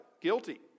guilty